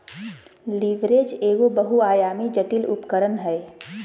leverage एगो बहुआयामी, जटिल उपकरण हय